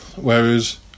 whereas